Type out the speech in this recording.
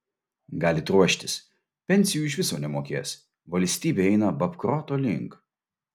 galit ruoštis pensijų iš viso nemokės valstybė eina babkroto link